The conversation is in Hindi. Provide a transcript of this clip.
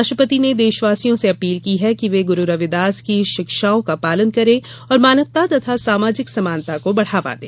राष्ट्रपति ने देशवासियों से अपील की है कि ये ग्रु रविदास की शिक्षाओं का पालन करें और मानवता तथा सामाजिक समानता को बढ़ावा दें